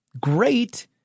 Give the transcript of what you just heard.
great